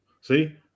See